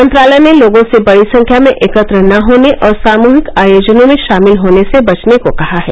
मंत्रालय ने लोगों से बड़ी संख्या में एकत्र न होने और सामूहिक आयोजनों में शामिल होने से बचने को कहा है